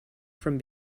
from